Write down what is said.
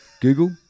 Google